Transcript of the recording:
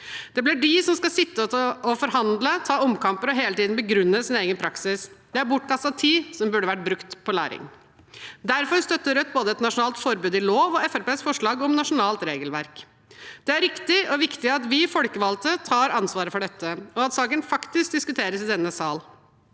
Det blir de som skal sitte og forhandle, ta omkamper og hele tiden begrunne sin egen praksis. Det er bortkastet tid, som burde vært brukt på læring. Derfor støtter Rødt både et nasjonalt forbud i lov og Fremskrittspartiets forslag om et nasjonalt regelverk. Det er riktig og viktig at vi folkevalgte tar ansvaret for dette, og at saken faktisk diskuteres i denne sal.